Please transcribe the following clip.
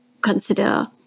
consider